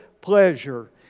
pleasure